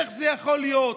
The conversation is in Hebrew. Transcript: איך זה יכול להיות?